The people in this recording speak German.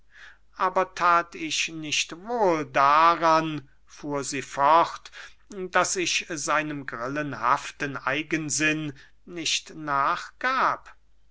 aber that ich nicht wohl daran fuhr sie fort daß ich seinem grillenhaften eigensinn nicht nachgab